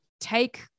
take